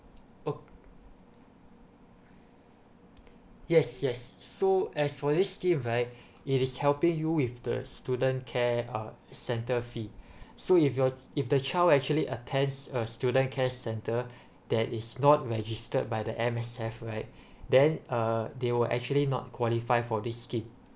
oh yes yes so as for this skill right it is helping you with the student care uh centre fee so if your if the child actually attends a student care center that is not registered by the M_S_F right then uh they were actually not qualify for this scheme